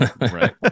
right